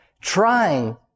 trying